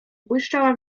błyszczała